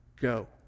go